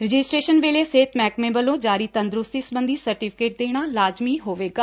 registration ਵੇਲੇ ਸਿਹਤ ਮਹਿਕਮੇ ਵੱਲੋ ਜਾਰੀ ਤੰਦਰੁਸਤੀ ਸਬੰਧੀ ਸਰਟੀਫਿਕੇਟ ਦੇਣਾ ਲਾਜਮੀ ਹੋਵੇਗਾ